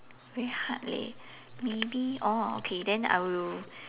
very hard leh maybe oh okay then I will